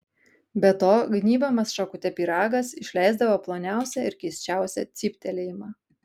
be to gnybiamas šakute pyragas išleisdavo ploniausią ir keisčiausią cyptelėjimą